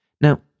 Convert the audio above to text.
Now